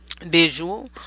visual